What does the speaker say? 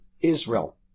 Israel